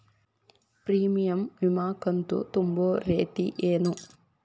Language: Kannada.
ಪ್ರೇಮಿಯಂ ವಿಮಾ ಕಂತು ತುಂಬೋ ರೇತಿ ಏನು?